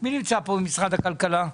מי נמצא פה ממשרד הכלכלה?